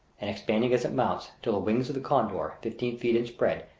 and expanding as it mounts, till the wings of the condor, fifteen feet in spread,